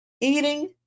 eating